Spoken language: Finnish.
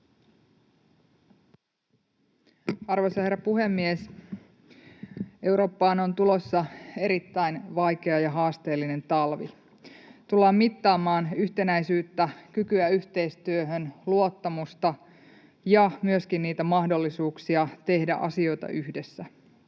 Arvoisa herra puhemies! Eurooppaan on tulossa erittäin vaikea ja haasteellinen talvi. Tullaan mittaamaan yhtenäisyyttä, kykyä yhteistyöhön, luottamusta ja myöskin niitä mahdollisuuksia tehdä asioita yhdessä.